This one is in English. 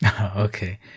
Okay